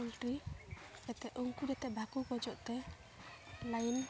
poultry ᱠᱟᱛᱮᱫ ᱩᱱᱠᱩ ᱡᱟᱛᱮ ᱵᱟᱠᱚ ᱜᱚᱡᱚᱜᱼᱛᱮ ᱞᱟᱹᱭᱤᱱ